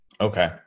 Okay